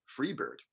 Freebird